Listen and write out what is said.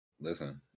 Listen